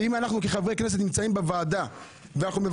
ואם אנחנו כחברי כנסת נמצאים בוועדה ומבקשים